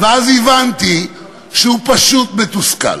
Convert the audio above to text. ואז הבנתי שהוא פשוט מתוסכל.